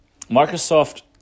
Microsoft